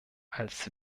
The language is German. als